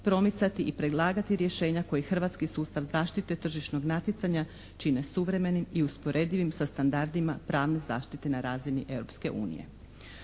promicati i predlagati rješenja koji hrvatski sustav zaštite tržišnog natjecanja čine suvremenim i usporedivim sa standardima pravne zaštite na razini